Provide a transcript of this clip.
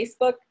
Facebook